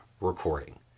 recording